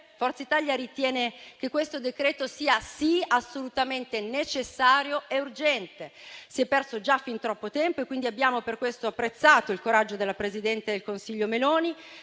Forza Italia ritiene che questo decreto sia assolutamente necessario e urgente. Si è perso già fin troppo tempo e quindi abbiamo per questo apprezzato il coraggio della presidente del Consiglio Meloni